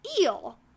eel